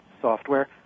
software